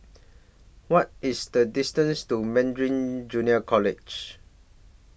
What IS The distance to Meridian Junior College